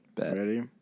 Ready